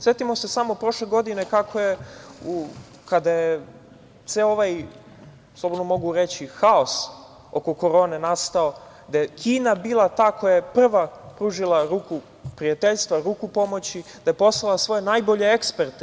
Setimo se samo prošle godine kako je kada je ceo ovaj, slobodno mogu reći, haos oko korone nastao, da je Kina bila ta koja je prva pružila ruku prijateljstva, ruku pomoći, da je poslala svoje najbolje eksperte.